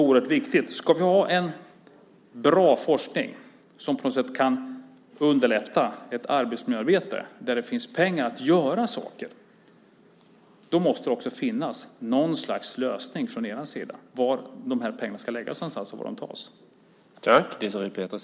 Om vi ska ha en bra forskning som kan underlätta ett arbetsmiljöarbete där det finns pengar att göra saker för måste det finnas något slags lösning från er sida när det gäller var pengarna ska läggas och var de ska tas.